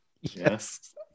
Yes